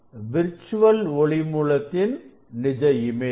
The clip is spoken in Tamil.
விர்ச்சுவல் ஒளி மூலத்தின் நிஜ இமேஜ்